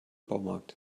baumarkt